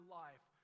life